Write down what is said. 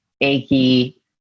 achy